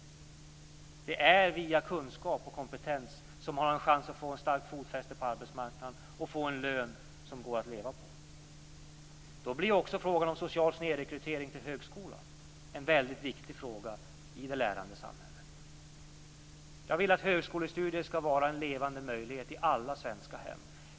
Det är via kunskap och kompetens som man har en chans att få ett starkt fotfäste på arbetsmarknaden och en lön som går att leva på. Då blir också frågan om social snedrekrytering till högskolan en väldigt viktig fråga i det lärande samhället. Jag vill att högskolestudier skall vara en levande möjlighet i alla svenska hem.